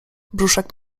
brzuszek